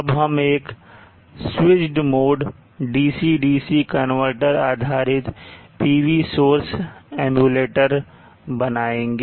अब हम एक switched mode DC DC converter आधारित PV सोर्स एम्युलेटर बनाएंगे